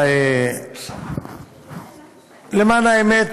למען האמת,